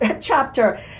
chapter